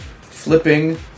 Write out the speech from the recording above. flipping